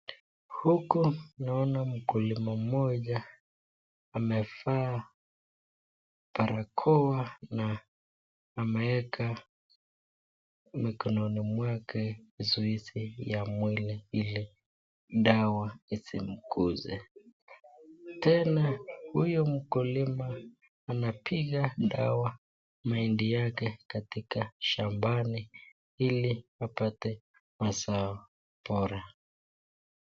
Huku naona mkulima mmoja amevaa barakoa na ameweka mikononi mwake zoezi ya mwili ili dawa isimguze. Tena huyu mkulima anapiga dawa mimea yake katika shambani ili apate masao bora.